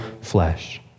flesh